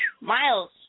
miles